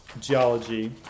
geology